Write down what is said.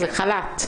זה חל"ת.